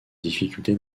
difficulté